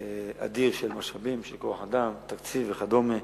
אדיר של משאבים, של כוח-אדם, תקציב, וכדומה.